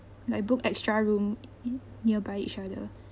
like book extra room nearby each other